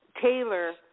Taylor